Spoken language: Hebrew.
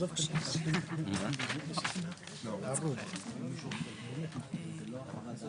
בניינית וחלופת שקד וכולה,